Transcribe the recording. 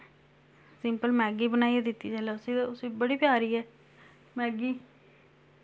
simple Maggi बनाइयै दित्ती जिल्लै उसी ते उसी बड़ी प्यारी ऐ मैगी